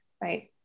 right